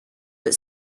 but